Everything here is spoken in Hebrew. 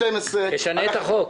תשנה את החוק.